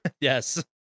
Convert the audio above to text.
Yes